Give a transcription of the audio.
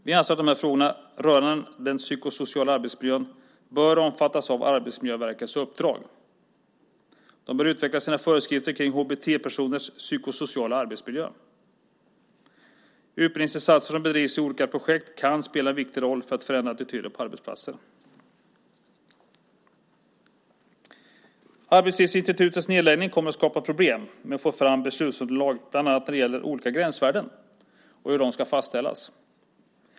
Vi anser att dessa frågor rörande den psykosociala arbetsmiljön bör omfattas av Arbetsmiljöverkets uppdrag. De bör utveckla sina föreskrifter i fråga om HBT-personers psykosociala arbetsmiljö. Utbildningsinsatser som bedrivs i olika projekt kan spela en viktig roll för att förändra attityder på arbetsplatser. Arbetslivsinstitutets nedläggning kommer att skapa problem med att få fram beslutsunderlag bland annat när det gäller olika gränsvärden och hur de ska fastställas.